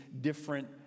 different